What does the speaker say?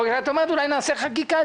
אבל כשאת אומרת: אולי נעשה חקיקה,